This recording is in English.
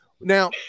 Now